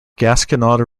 gasconade